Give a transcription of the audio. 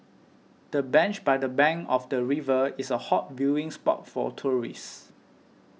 the bench by the bank of the river is a hot viewing spot for tourists